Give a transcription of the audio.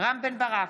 רם בן ברק,